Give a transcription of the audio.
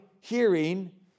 hearing